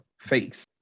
face